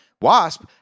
Wasp